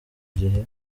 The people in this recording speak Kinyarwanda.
gihe